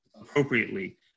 appropriately